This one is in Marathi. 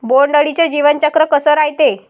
बोंड अळीचं जीवनचक्र कस रायते?